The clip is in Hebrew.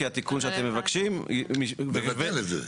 כי התיקון שאתם מבקשים --- מבטל את זה.